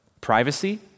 Privacy